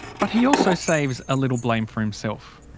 but he also saves a little blame for himself.